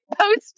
post